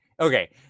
Okay